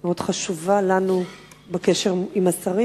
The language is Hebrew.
היא מאוד חשובה לנו בקשר עם השרים.